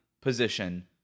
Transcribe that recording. position